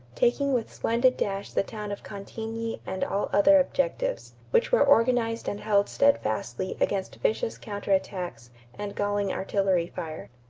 taking with splendid dash the town of cantigny and all other objectives, which were organized and held steadfastly against vicious counter attacks and galling artillery fire.